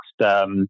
next